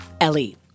Ellie